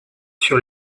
sur